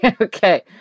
Okay